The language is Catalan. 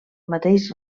mateix